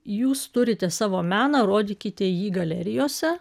jūs turite savo meną rodykite jį galerijose